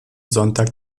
sonntag